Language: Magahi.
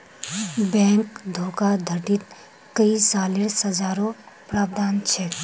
बैंक धोखाधडीत कई सालेर सज़ारो प्रावधान छेक